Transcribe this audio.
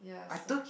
yeah I saw